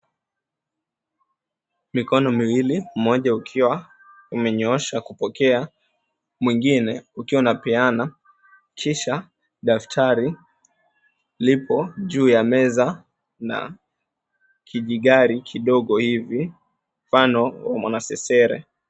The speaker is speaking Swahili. Mikono miwili mmoja ukiwa umenyooshwa kupokea, mwingine ukipeana kisha daftari lipo juu ya meza na kijigari kidogo hivi mfano wa mwanasesere.